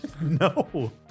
No